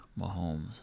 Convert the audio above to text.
Mahomes